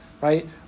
right